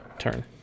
Turn